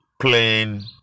plain